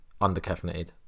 under-caffeinated